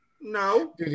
No